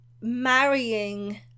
marrying